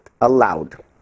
allowed